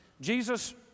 Jesus